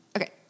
Okay